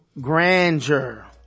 grandeur